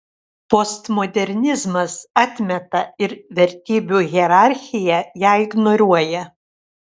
postmodernizmas atmeta ir vertybių hierarchiją ją ignoruoja